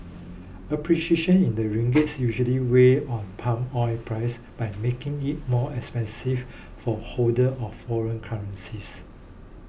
appreciation in the ringgit usually weighs on palm oil prices by making it more expensive for holders of foreign currencies